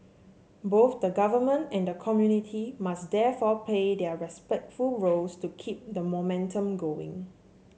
both the government and the community must therefore play their roles to keep the momentum going